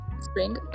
spring